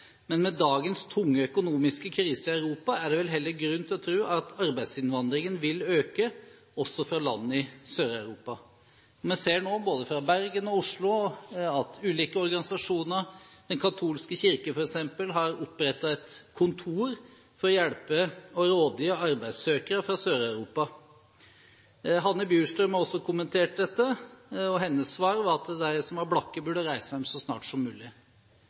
men med dagens tunge økonomiske krise i Europa er det vel heller grunn til å tro at arbeidsinnvandringen vil øke, også fra land i Sør-Europa. Vi ser nå i både Bergen og Oslo at ulike organisasjoner, den katolske kirke f.eks., har opprettet et kontor for å hjelpe og rådgi arbeidssøkere fra Sør-Europa. Hanne Bjurstrøm har også kommentert dette, og hennes svar var at de som var blakke, burde reise hjem så snart som mulig.